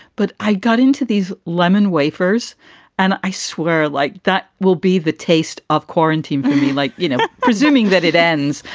but i got into these lemon wafers and i swear like that will be the taste of quarantining me. like, you know, presuming that it ends,